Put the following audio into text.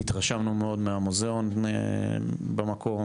התרשמנו מאוד מהמוזיאון במקום,